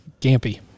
gampy